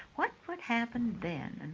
what would happen then?